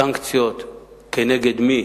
סנקציות כנגד מי